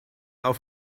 auf